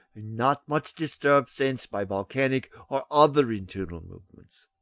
and not much disturbed since by volcanic or other internal movements.